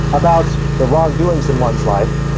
about the wrongdoings in one's life,